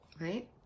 Right